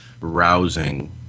rousing